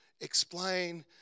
explain